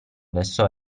verso